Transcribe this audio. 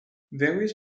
various